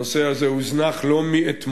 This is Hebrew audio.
הנושא הזה הוזנח לא מאתמול.